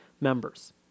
members